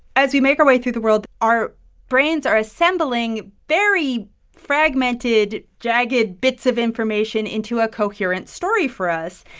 as we make our way through the world, our brains are assembling very fragmented, jagged bits of information into a coherent story for us.